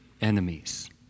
enemies